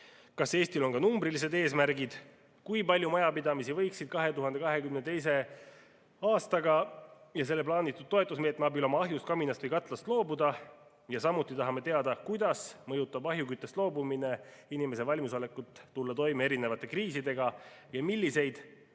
Kas Eestil on numbrilised eesmärgid, kui palju majapidamisi võiksid 2022. aastal selle plaanitud toetusmeetme abil oma ahjust, kaminast või katlast loobuda? Samuti tahame teada, kuidas mõjutab ahjuküttest loobumine inimese valmisolekut tulla toime erinevate kriisidega ja milliseid